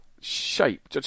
shape